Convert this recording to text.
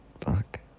Fuck